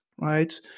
right